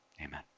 Amen